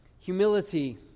Humility